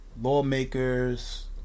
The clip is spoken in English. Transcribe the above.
lawmakers